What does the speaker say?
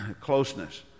closeness